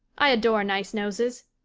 i adore nice noses.